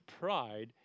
pride